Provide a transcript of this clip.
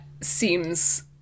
seems